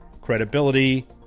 credibility